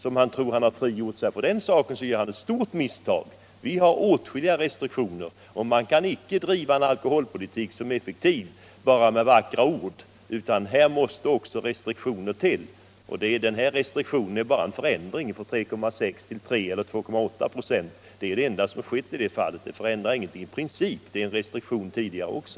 Om han tror att han har frigjort sig från restriktioner så gör han ett stort misstag. Vi har som sagt åtskilliga restriktioner, och man kan icke driva en alkoholpolitik som är effektiv bara med vackra ord, utan här måste också restriktioner till. Och här är det bara fråga om en förändring från 3,6 till 3,0 eller 2,8 26. Det föreslås ingen förändring i princip, utan den restriktionen finns tidigare också.